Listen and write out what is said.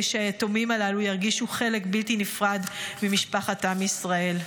שהיתומים הללו ירגישו חלק בלתי נפרד ממשפחת עם ישראל.